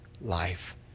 life